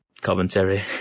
commentary